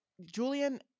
julian